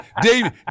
David